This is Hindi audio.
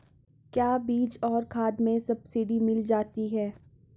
क्या बीज और खाद में सब्सिडी मिल जाती है?